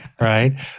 right